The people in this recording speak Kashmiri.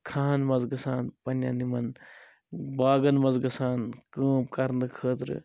کھَہَن مَنٛز گَژھان پنٛنٮ۪ن یِمَن باغَن مَنٛز گَژھان کٲم کَرنہٕ خٲطرٕ